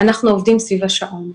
אנחנו עובדים סביב השעון.